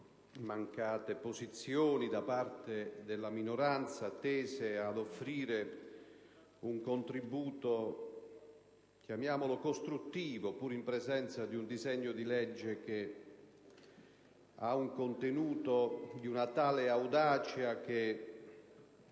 mancate posizioni da parte della minoranza tese ad offrire un contributo, che si potrebbe definire costruttivo, pur in presenza di un disegno di legge che ha un contenuto di una tale audacia che